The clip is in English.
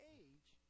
age